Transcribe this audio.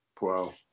Wow